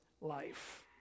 life